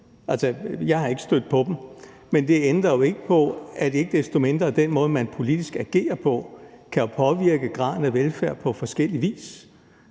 jeg er ikke stødt på dem. Men det ændrer jo ikke på, at den måde, man ikke desto mindre agerer på politisk, kan påvirke graden af velfærd på forskellig vis.